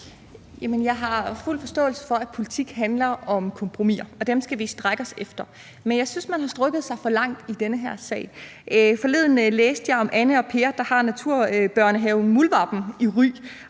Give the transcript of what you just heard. jeg har fuld forståelse for, at politik handler om kompromiser, og dem skal vi strække os efter. Men jeg synes, man har strakt sig for langt i den her sag. Forleden læste jeg om Anne og Per, der har naturbørnehaven Mulvarpen i Ry,